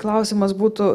klausimas būtų